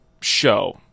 show